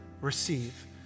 receive